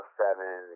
seven